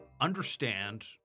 understand